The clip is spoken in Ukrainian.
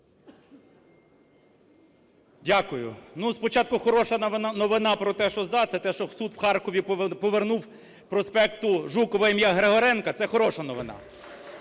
Дякую. Спочатку хороша новина про те, що за, це те, що суд в Харкові повернув проспекту Жукова ім'я Григоренка – це хороша новина.